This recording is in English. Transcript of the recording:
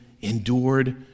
endured